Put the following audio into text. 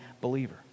believer